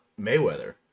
mayweather